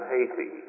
Haiti